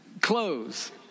clothes